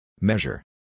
Measure